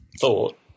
thought